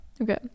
Okay